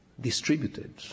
distributed